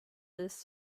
list